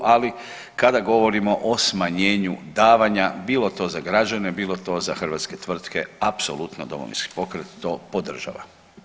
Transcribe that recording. Ali kada govorimo o smanjenju davanja bilo to za građane, bilo to za hrvatske tvrtke apsolutno Domovinski pokret to podržava.